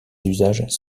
usages